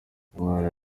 umwana